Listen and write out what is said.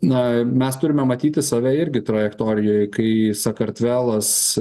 na mes turime matyti save irgi trajektorijoj kai sakartvelas